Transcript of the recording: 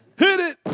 hit it